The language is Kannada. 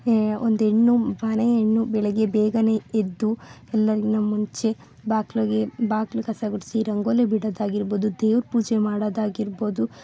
ಏ ಒಂದು ಹೆಣ್ಣು ಮನೆ ಹೆಣ್ಣು ಬೆಳಿಗ್ಗೆ ಬೇಗನೆ ಎದ್ದು ಎಲ್ರಿಗಿನ ಮುಂಚೆ ಬಾಗ್ಲಿಗೆ ಬಾಗ್ಲ ಕಸ ಗುಡಿಸಿ ರಂಗೋಲಿ ಬಿಡೊದಾಗಿರಬೋದು ದೇವ್ರ ಪೂಜೆ ಮಾಡೋದಾಗಿರಬೋದು